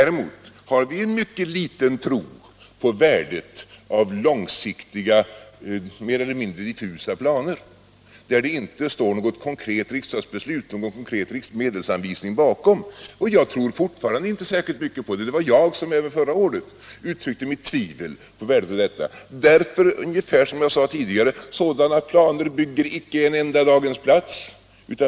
Däremot har vi en mycket liten tro på värdet av långsiktiga, mer eller mindre diffusa planer, som det inte står någon konkret medelsanvisning av riksdagen bakom, och jag tror fortfarande inte särskilt mycket på det. Det var jag som även förra året uttryckte tvivel på värdet av detta, eftersom - ungefär som jag sade tidigare — sådana planer inte bygger en enda daghemsplats.